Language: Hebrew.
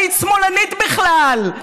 היית שמאלנית בכלל.